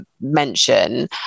mention